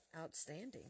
outstanding